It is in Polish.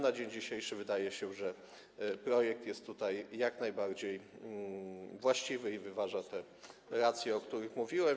Na dzień dzisiejszy wydaje się, że projekt jest tutaj jak najbardziej właściwy i wyważa te racje, o których mówiłem.